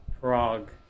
Prague